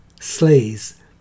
slays